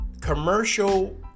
commercial